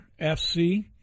FC